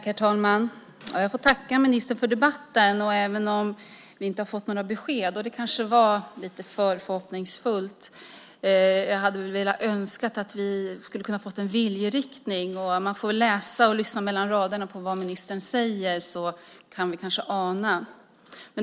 Herr talman! Jag får tacka ministern för debatten, även om vi inte har fått några besked. Det kanske var lite för hoppfullt. Jag hade önskat att vi skulle få en viljeriktning. Vi får väl läsa och lyssna mellan raderna på vad ministern säger, så kan vi kanske få en aning.